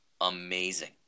amazing